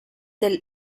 del